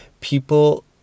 people